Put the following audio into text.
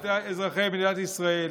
כל אזרחי מדינת ישראל,